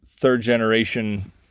third-generation